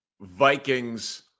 Vikings